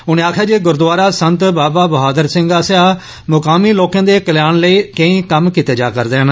उनें आखेआ जे गुरुद्वारा संत बाबा बहादुर सिंह आसेआ मुकामी लोके दे कल्याण लेई केई कम्म कीते जा'रदे न